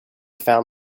found